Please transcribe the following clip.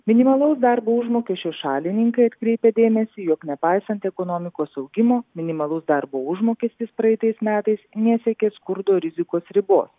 minimalaus darbo užmokesčio šalininkai atkreipia dėmesį jog nepaisant ekonomikos augimo minimalus darbo užmokestis praeitais metais nesiekė skurdo rizikos ribos